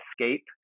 escape